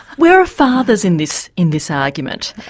where are fathers in this in this argument?